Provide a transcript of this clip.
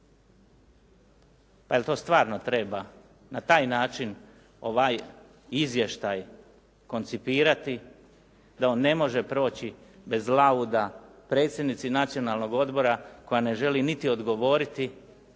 Pa jel' to stvarno treba na taj način ovaj izvještaj koncipirati da on ne može proći bez lauda, predsjednici Nacionalnog odbora koja ne želi niti odgovoriti